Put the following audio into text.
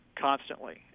constantly